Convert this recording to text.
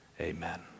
Amen